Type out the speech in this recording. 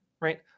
right